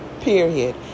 period